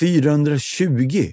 420